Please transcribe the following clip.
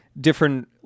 different